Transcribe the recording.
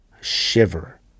shiver